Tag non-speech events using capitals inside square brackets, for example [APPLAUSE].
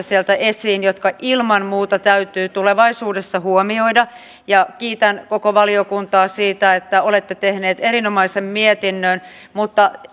[UNINTELLIGIBLE] sieltä esiin jotka ilman muuta täytyy tulevaisuudessa huomioida kiitän koko valiokuntaa siitä että olette tehneet erinomaisen mietinnön mutta